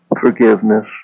forgiveness